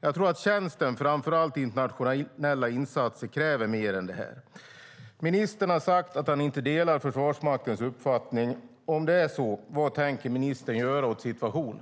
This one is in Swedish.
Jag tror att tjänsten, framför allt i internationella insatser, kräver mer än det. Ministern har sagt att han inte delar Försvarsmaktens uppfattning. Om det är så, vad tänker ministern göra åt situationen?